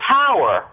power